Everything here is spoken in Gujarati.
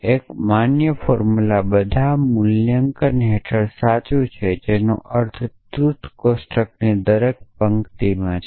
એક માન્ય ફોર્મુલા બધા મૂલ્યાંકન હેઠળ સાચું છે જેનો અર્થ ટ્રુથ કોષ્ટકમાંની દરેક પંક્તિ છે